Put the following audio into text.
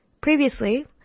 Previously